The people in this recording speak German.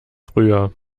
früher